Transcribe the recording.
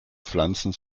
pflanzen